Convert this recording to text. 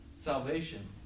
salvation